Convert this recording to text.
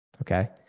Okay